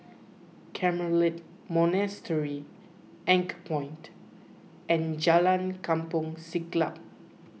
Carmelite Monastery Anchorpoint and Jalan Kampong Siglap